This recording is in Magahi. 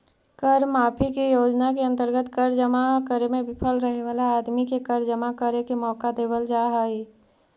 कर माफी के योजना के अंतर्गत कर जमा करे में विफल रहे वाला आदमी के कर जमा करे के मौका देवल जा हई